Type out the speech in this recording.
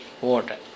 Water